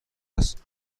است